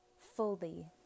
fully